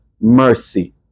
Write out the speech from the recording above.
mercy